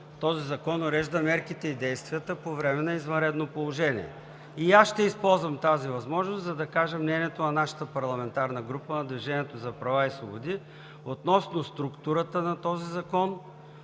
този закон урежда мерките и действията по време на извънредно положение. Аз ще използвам тази възможност, за да кажа мнението на нашата парламентарна група, на „Движението за права и свободи“, относно структурата на този закон,